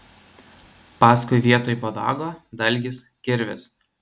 paskui vietoj botago dalgis kirvis